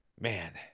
Man